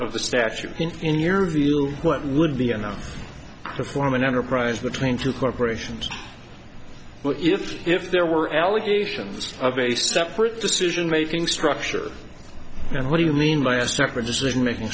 of the statute in your view what would be enough to form an enterprise between two corporations if there were allegations of a separate decision making structure and what do you mean by a separate decision making